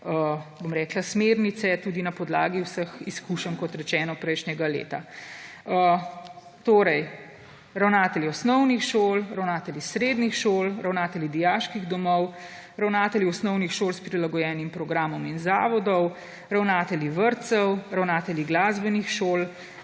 plati smernice na podlagi vseh izkušenj, kot rečeno, prejšnjega leta. Torej, ravnatelji osnovnih šol, ravnatelji srednjih šol, ravnatelji dijaških domov, ravnatelji osnovnih šol s prilagojenim programom in zavodov, ravnatelji vrtec, ravnatelji glasbenih šol